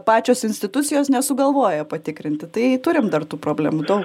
pačios institucijos nesugalvoja patikrinti tai turim dar tų problemų daug